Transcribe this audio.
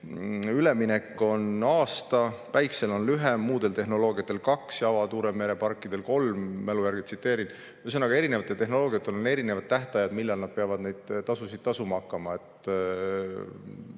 üleminek aasta, päikesel on lühem, muudel tehnoloogiatel kaks ja avamere tuuleparkidel kolm. Mälu järgi tsiteerin. Ühesõnaga, erinevatel tehnoloogiatel on erinevad tähtajad, millal nad peavad neid tasusid tasuma hakkama